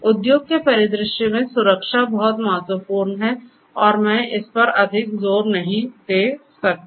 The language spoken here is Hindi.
उद्योग के परिदृश्य में सुरक्षा बहुत महत्वपूर्ण है और मैं इस पर अधिक जोर नहीं दे सकता